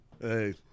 hey